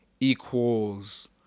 equals